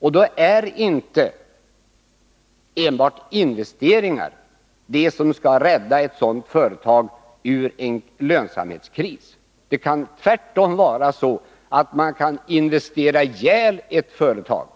Då är inte enbart investeringar det som skall rädda ett sådant företag ur en lönsamhetskris. Det kan tvärtom vara så, att man investerar ihjäl ett företag.